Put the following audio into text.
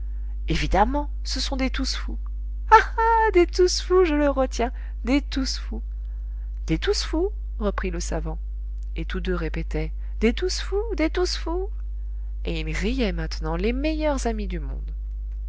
évidemment ce sont des tous fous ah ah des tous fous je le retiens des tous fous des tous fous reprit le savant et tous deux répétaient des tous fous des tous fous et ils riaient maintenant les meilleurs amis du monde